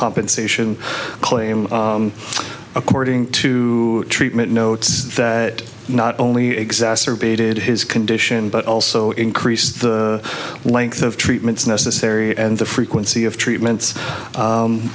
compensation claim according to treatment notes that not only exacerbated his condition but also increases the length of treatments necessary and the frequency of treatments